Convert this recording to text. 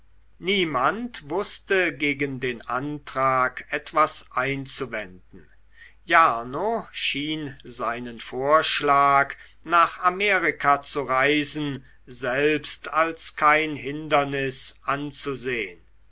niemand wußte gegen den antrag etwas einzuwenden jarno schien seinen vorschlag nach amerika zu reisen selbst als kein hindernis anzusehn